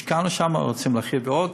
השקענו שם, ואנחנו רוצים להרחיב עוד,